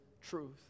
truth